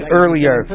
earlier